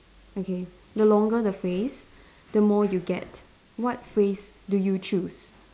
okay the longer the phrase the more you get what phrase do you choose